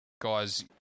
guys